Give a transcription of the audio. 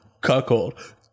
Cuckold